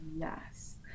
yes